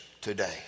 today